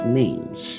names